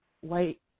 white